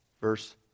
Verse